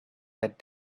that